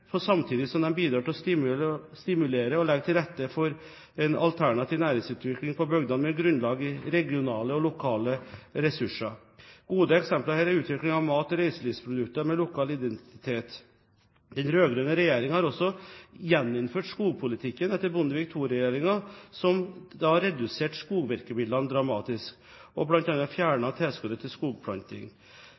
samtidig som de bidrar til å stimulere og legge til rette for en alternativ næringsutvikling på bygdene med grunnlag i regionale og lokale ressurser. Gode eksempler her er utvikling av mat- og reiselivsprodukter med lokal identitet. Den rød-grønne regjeringen har også gjeninnført skogpolitikken etter Bondevik II-regjeringen, som reduserte skogvirkemidlene dramatisk og bl.a. fjernet tilskuddet til skogplanting.